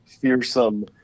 fearsome